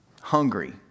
hungry